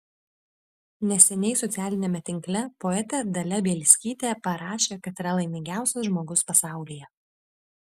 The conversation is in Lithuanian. neseniai socialiniame tinkle poetė dalia bielskytė parašė kad yra laimingiausias žmogus pasaulyje